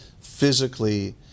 physically